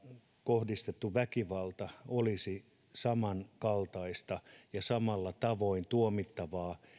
kohdistettu väkivalta katsottaisiin samankaltaiseksi ja samalla tavoin tuomittavaksi